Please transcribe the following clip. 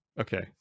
Okay